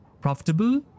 profitable